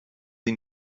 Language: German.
sie